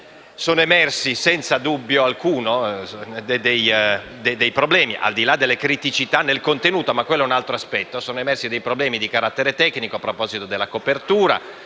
sono emersi senza alcun dubbio vari problemi: al di là delle criticità del contenuto - quello è un altro aspetto - sono emersi problemi di carattere tecnico a proposito della copertura.